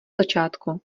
začátku